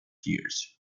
years